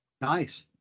Nice